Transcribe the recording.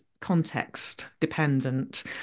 context-dependent